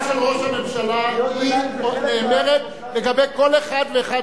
ההערה של ראש הממשלה נאמרת לגבי כל אחד ואחד